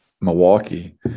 Milwaukee